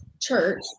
church